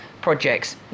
projects